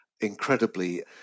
incredibly